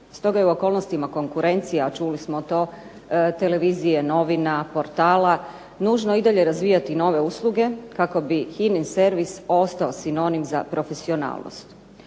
stoga je u okolnostima konkurencija, a čuli smo to televizije, novina, portala, nužno i dalje razvijati nove usluge, kako bi HINA-in servis ostao sinonim za profesionalnost.